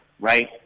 right